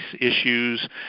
issues